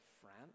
France